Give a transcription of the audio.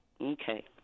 Okay